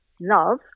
love